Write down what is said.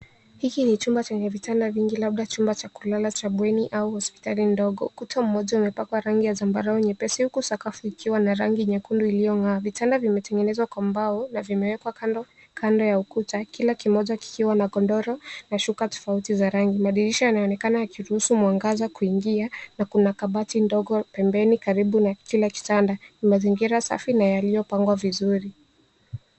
Hiki ni jumba chenye vitanda vingi labda jumba cha kulala cha bweni au hospitali ndogo. Kuta moja imepakwa rangi ya sambarau nyepesi, huku sakafu ikiwa na rangi nyekundu iliongaa. Vitanda vimetengenezwa kwa mbao na vimewekwa kando kando ya ukuta, kila moja kikiwa na godoro na shuka tafauti za rangi. Madirisha yanaonekana yakiruhusu mwangaza kuingia na kuna kabati ndogo pembeni karibu kila kitanda. Mazingira safi na yaliopangwa vizuri.